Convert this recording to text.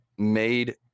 made